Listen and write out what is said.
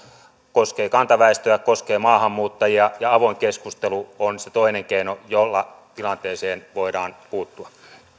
koskee kantaväestöä se koskee maahanmuuttajia ja avoin keskustelu on se toinen keino jolla tilanteeseen voidaan puuttua